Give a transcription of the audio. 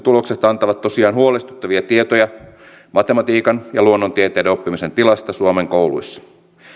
tulokset antavat tosiaan huolestuttavia tietoja matematiikan ja luonnontieteiden oppimisen tilasta suomen kouluissa